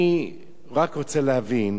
אני רק רוצה להבין,